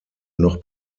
noch